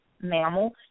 mammal